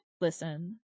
Listen